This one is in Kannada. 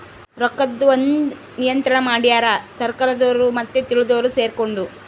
ರೊಕ್ಕದ್ ಒಂದ್ ನಿಯಂತ್ರಣ ಮಡ್ಯಾರ್ ಸರ್ಕಾರದೊರು ಮತ್ತೆ ತಿಳ್ದೊರು ಸೆರ್ಕೊಂಡು